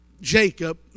Jacob